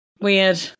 Weird